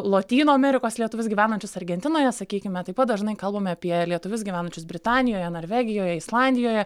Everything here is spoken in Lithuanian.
lotynų amerikos lietuvius gyvenančius argentinoje sakykime taip pat dažnai kalbame apie lietuvius gyvenančius britanijoje norvegijoje islandijoje